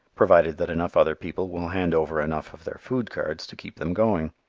provided that enough other people will hand over enough of their food cards to keep them going.